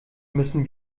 müssen